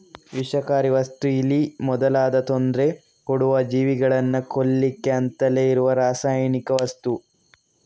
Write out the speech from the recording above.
ವಿಷಕಾರಿ ವಸ್ತು ಇಲಿ ಮೊದಲಾದ ತೊಂದ್ರೆ ಕೊಡುವ ಜೀವಿಗಳನ್ನ ಕೊಲ್ಲಿಕ್ಕೆ ಅಂತಲೇ ಇರುವ ರಾಸಾಯನಿಕ ವಸ್ತು